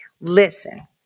listen